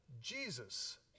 Jesus